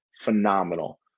phenomenal